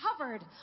covered